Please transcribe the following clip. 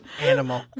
Animal